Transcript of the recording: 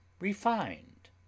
Refined